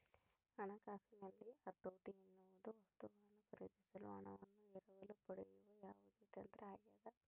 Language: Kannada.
ಹಣಕಾಸಿನಲ್ಲಿ ಹತೋಟಿ ಎನ್ನುವುದು ವಸ್ತುಗಳನ್ನು ಖರೀದಿಸಲು ಹಣವನ್ನು ಎರವಲು ಪಡೆಯುವ ಯಾವುದೇ ತಂತ್ರ ಆಗ್ಯದ